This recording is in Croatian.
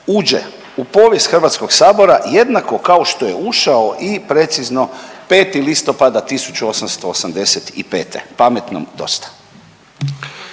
uđe u povijest Hrvatskog sabora jednako kao što je ušao i precizno 5. listopada 1885., pametnom dosta.